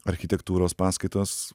architektūros paskaitos